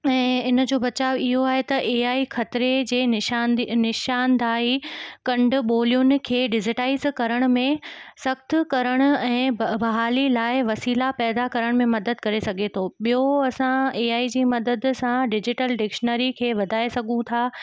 ऐं इनजो बचाव इहो आहे त ए आई खतरे जे निशान जी निशान दाही कंड ॿोलियुनि खे डिजीटाइज करण में सख्तु करण ऐं ब भाली लाइ वसिला पैदा करण में मदद करे सघे थो ॿियो असां ए आई जी मदद सां डिजिटल डिक्शनरी खे वधाए सघूं था